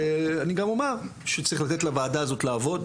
ואני גם אומר שצריך לתת לוועדה הזאת לעבוד,